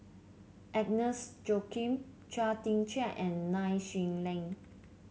Agnes Joaquim Chia Tee Chiak and Nai Swee Leng